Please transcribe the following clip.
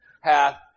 Hath